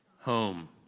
home